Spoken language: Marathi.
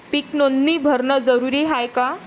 पीक नोंदनी भरनं जरूरी हाये का?